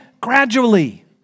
gradually